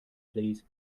please